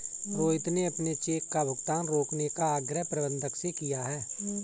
रोहित ने अपने चेक का भुगतान रोकने का आग्रह प्रबंधक से किया है